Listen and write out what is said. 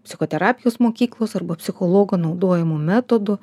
psichoterapijos mokyklos arba psichologo naudojamų metodų